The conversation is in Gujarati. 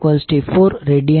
4t4rad229